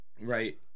right